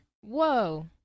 Whoa